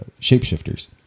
shapeshifters